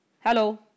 Hello